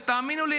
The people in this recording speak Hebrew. והאמינו לי,